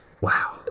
Wow